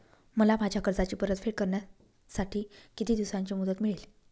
मला माझ्या कर्जाची परतफेड करण्यासाठी किती दिवसांची मुदत मिळेल?